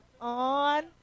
on